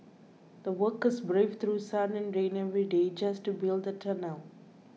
the workers braved through sun and rain every day just to build the tunnel